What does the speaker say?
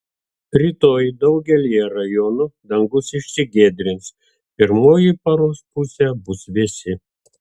rytoj daugelyje rajonų dangus išsigiedrins pirmoji paros pusė bus vėsi